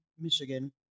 Michigan